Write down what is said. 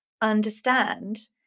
understand